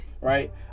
Right